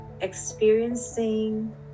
experiencing